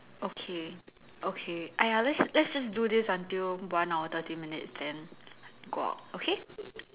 okay okay !aiya! let's let's just do this until one hour thirty minutes then go out okay